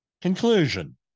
Conclusion